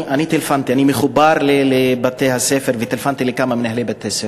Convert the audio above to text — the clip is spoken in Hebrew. אני מחובר לבתי-הספר, וטלפנתי לכמה מנהלי בתי-ספר,